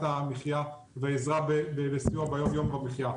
המחייה והעזרה והסיוע ליום יום במחייה.